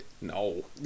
No